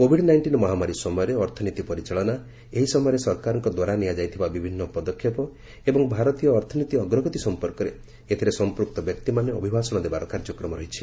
Covid nineteen ମହାମାରୀ ସମୟରେ ଅର୍ଥନୀତି ପରିଚାଳନା ଏହି ସମୟରେ ସରକାରଙ୍କ ଦ୍ୱାରା ନିଆଯାଇଥିବା ବିଭିନ୍ନ ପଦକ୍ଷେପ ଏବଂ ଭାରତୀୟ ଅର୍ଥନୀତି ଅଗ୍ରଗତି ସମ୍ପର୍କରେ ଏଥିରେ ସମ୍ପୃକ୍ତ ବ୍ୟକ୍ତିମାନେ ଅଭିଭାଷଣ ଦେବାର କାର୍ଯ୍ୟକ୍ରମ ରହିଛି